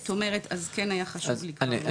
זאת אומרת אז כן היה חשוב לי לומר את זה.